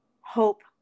Hope